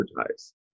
advertise